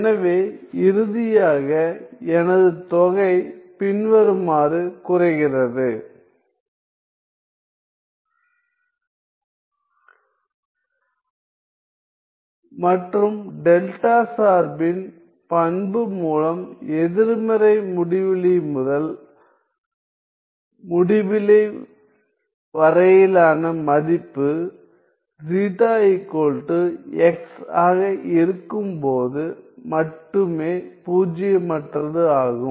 எனவே இறுதியாக எனது தொகை பின்வருமாறு குறைகிறது மற்றும் டெல்டா சார்பின் பண்பு மூலம் எதிர்மறை முடிவிலி முதல் முடிவிலி வரையிலான மதிப்பு ξ x ஆக இருக்கும்போது மட்டுமே பூஜ்ஜியமற்றது ஆகும்